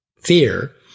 fear